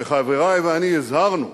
כשחברי ואני הזהרנו,